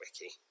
wiki